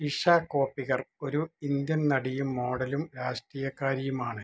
ഇഷ കോപ്പികർ ഒരു ഇന്ത്യൻ നടിയും മോഡലും രാഷ്ട്രീയക്കാരിയുമാണ്